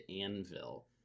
anvil